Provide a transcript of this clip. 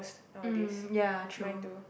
um ya true